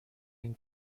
این